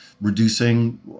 reducing